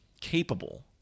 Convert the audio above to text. capable